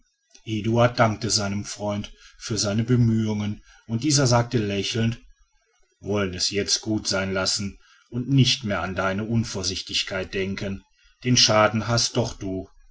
eduard dankte seinem freunde für seine bemühung und dieser sagte lächelnd wollen es jetzt gut sein lassen und nicht mehr an deine unvorsichtigkeit denken den schaden hast doch du